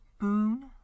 boon